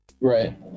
Right